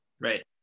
right